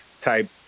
type